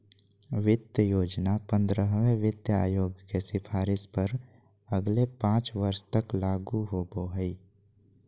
वित्त योजना पंद्रहवें वित्त आयोग के सिफारिश पर अगले पाँच वर्ष तक लागू होबो हइ